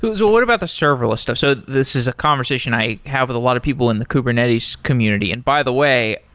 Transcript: so what about the serverless stuff? so this is a conversation i have with a lot of people in the kubernetes community. and by the way,